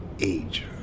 age